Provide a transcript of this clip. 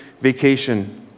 vacation